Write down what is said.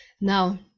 Now